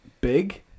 Big